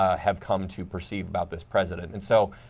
ah have come to perceive about this president. and so,